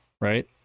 right